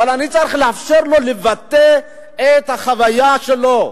אבל אני צריך לאפשר לו לבטא את החוויה שלו.